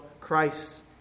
Christ